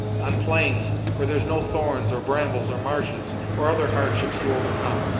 on plains where there's no thorns, or brambles, or marshes, or other hardships to overcome,